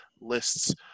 lists